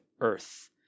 Earth